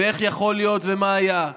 איך יכול להיות ומה היה.